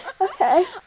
okay